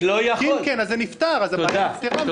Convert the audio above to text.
כי אם כן, זה נפתר, הבעיה נפתרה.